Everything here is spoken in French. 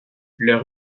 leur